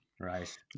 Right